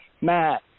Matt